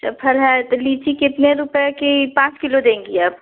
जब फल है तो लीची कितने रुपए की पाॅंच किलो देंगी आप